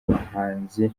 bahanzi